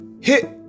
Hit